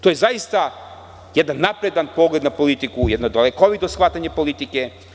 To je zaista jedan napredan pogled na politiku, jedna dalekovido shvatanje politike.